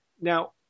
Now